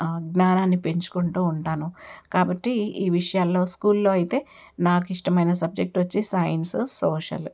జ్ఞానాన్ని పెంచుకుంటూ ఉంటాను కాబట్టి ఈ విషయాల్లో స్కూల్లో అయితే నాకు ఇష్టమైన సబ్జెక్ట్ వచ్చి సైన్స్ సోషల్